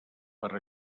per